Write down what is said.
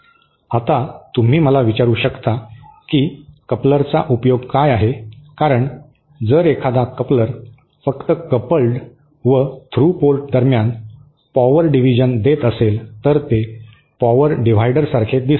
आता तुम्ही मला विचारू शकता की कपलरचा उपयोग काय आहे कारण जर एखादा कपलर फक्त कपल्ड व थ्रू पोर्ट दरम्यान पॉवर डिव्हिजन देत असेल तर ते पॉवर डिवाइडरसारखे दिसते